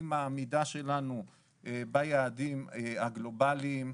עם העמידה שלנו ביעדים הגלובליים,